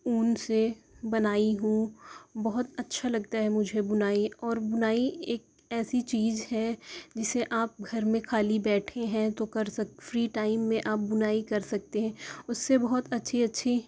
اون سے بنائی ہوں بہت اچھا لگتا ہے مجھے بنائی اور بنائی ایک ایسی چیز ہے جسے آپ گھر میں خالی بیٹھے ہیں تو کر سکتے فری ٹائم میں آپ بنائی کر سکتے ہیں اس سے بہت اچھی اچھی